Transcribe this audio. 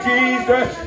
Jesus